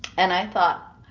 and i thought,